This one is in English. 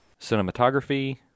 Cinematography